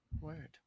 Word